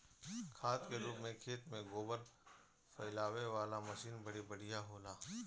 खाद के रूप में खेत में गोबर फइलावे वाला मशीन बड़ी बढ़िया होला